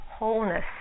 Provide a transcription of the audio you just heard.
Wholeness